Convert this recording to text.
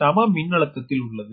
சம மின்னழுத்ததில் உள்ளது